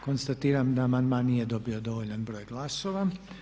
Konstatiram da amandman nije dobio dovoljan broj glasova.